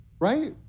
Right